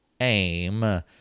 aim